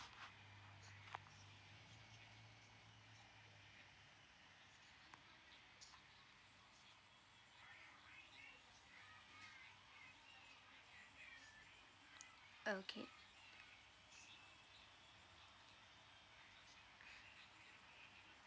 okay